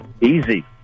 easy